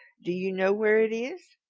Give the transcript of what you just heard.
do you know where it is?